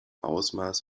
ausmaß